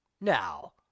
Now